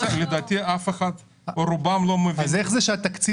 לדעתי רובם לא מבינים --- אז איך זה שהתקציב